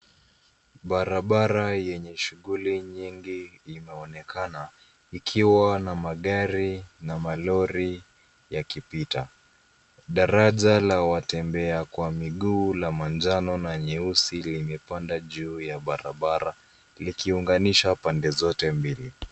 Barabara yenye shughuli nyingi imeonekana, ikiwa na magari na malori yakipita. Daraja la watembea kwa miguu la manjano na nyeusi limepanda juu ya barabara, likiunganisha pande zote mbili.